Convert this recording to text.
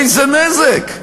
איזה נזק.